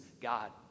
God